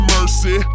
Mercy